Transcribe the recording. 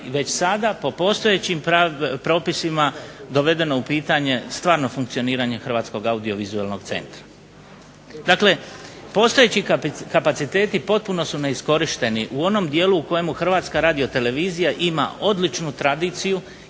već sada po postojećim propisima dovedeno u pitanje stvarnog hrvatskog audiovizualnog centra. Dakle, postojeći kapaciteti potpuno su neiskorišteni u onom dijelu u kojem HRTV ima odličnu tradiciju